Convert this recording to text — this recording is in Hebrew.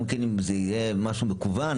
גם אם זה יהיה משהו מקוון